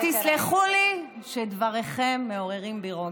אז תסלחו לי שדבריכם מעוררים בי רוגז.